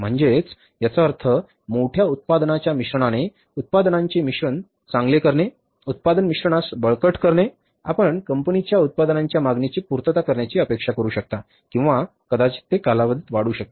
म्हणजे याचा अर्थ मोठ्या उत्पादनाच्या मिश्रणाने उत्पादनांचे मिश्रण चांगले करणे उत्पादन मिश्रणास बळकट करणे आपण कंपनीच्या उत्पादनांच्या मागणीची पूर्तता करण्याची अपेक्षा करू शकता किंवा कदाचित ते कालावधीत वाढू शकते